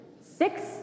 six